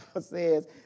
says